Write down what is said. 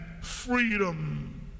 freedom